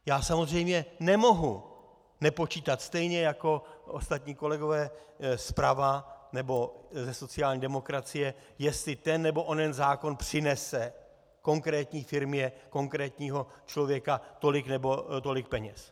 Já samozřejmě nemohu nepočítat stejně jako ostatní kolegové zprava nebo ze sociální demokracie, jestli ten nebo onen zákon přinese konkrétní firmě konkrétního člověka tolik nebo tolik peněz.